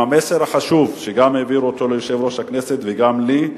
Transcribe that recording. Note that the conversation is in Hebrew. עם המסר החשוב שהעבירו גם ליושב-ראש הכנסת וגם לי,